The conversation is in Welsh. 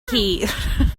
hir